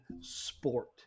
sport